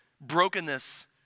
brokenness